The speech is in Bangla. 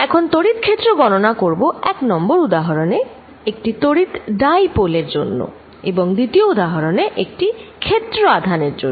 আমি এখন তড়িৎ ক্ষেত্র গননা করবো এক নম্বর উদাহরণে একটি তড়িৎ ডাইপোল এর জন্য এবং দ্বিতীয় উদাহরনে একটি ক্ষেত্র আধানের জন্য